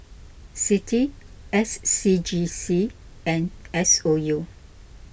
Citi S C G C and S O U